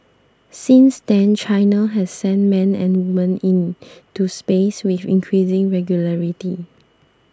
since then China has sent men and women into space with increasing regularity